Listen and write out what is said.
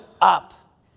up